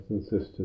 sisters